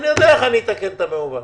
אני יודע איך אני אתקן את המעוות.